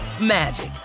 magic